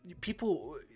people